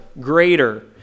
greater